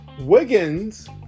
Wiggins